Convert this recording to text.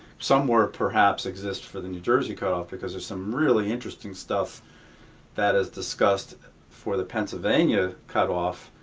somewhere perhaps exist for the new jersey cut-off, because there's some really interesting stuff that is discussed for the pennsylvania cut-off,